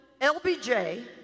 LBJ